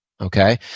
Okay